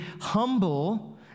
humble